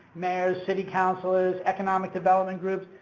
mayors, city councilors, economic development groups,